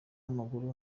w’amaguru